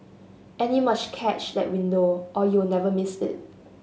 and you must catch that window or you'll never miss it